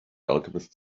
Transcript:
alchemist